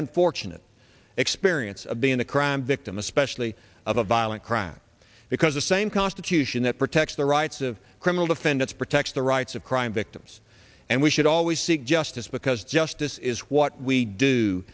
unfortunate experience of being a crime victim especially of a violent crime because the same constitution that protects the rights of criminal defendants protects the rights of crime victims and we should always seek justice because justice is what we do